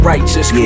Righteous